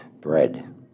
bread